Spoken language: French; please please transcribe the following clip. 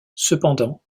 cependant